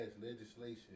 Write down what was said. legislation